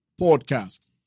Podcast